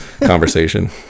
conversation